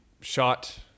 shot